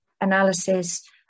analysis